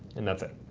and that's it.